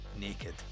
naked